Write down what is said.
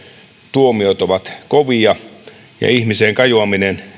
tuomiot ovat kovia ihmiseen kajoaminen